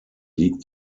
liegt